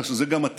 אלא גם שזה עתידם.